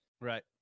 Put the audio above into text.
right